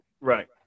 Right